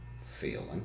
feeling